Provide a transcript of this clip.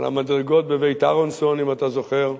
על המדרגות ב"בית אהרונסון", אם אתה זוכר,